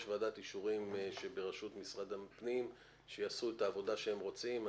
יש ועדת אישורים בראשות משרד הפנים שיעשו את העבודה שהם רוצים.